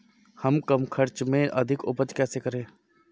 हम कम खर्च में अधिक उपज कैसे करें?